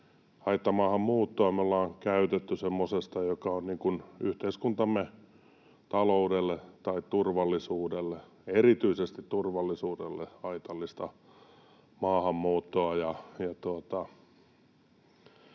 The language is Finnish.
Haittamaahanmuuttoa me ollaan käytetty semmoisesta, mikä on yhteiskuntamme taloudelle tai turvallisuudelle, erityisesti turvallisuudelle, haitallista maahanmuuttoa.